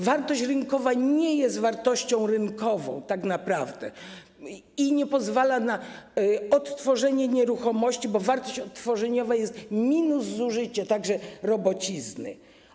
Wartość rynkowa nie jest wartością rynkową tak naprawdę i nie pozwala na odtworzenie nieruchomości, bo wartość odtworzeniowa to jest minus zużycie, także robocizny.